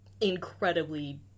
incredibly